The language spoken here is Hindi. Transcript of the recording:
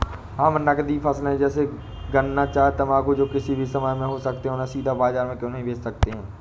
हम नगदी फसल जैसे गन्ना चाय तंबाकू जो किसी भी समय में हो सकते हैं उन्हें सीधा बाजार में क्यो नहीं बेच सकते हैं?